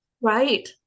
Right